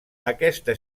aquesta